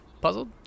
Puzzled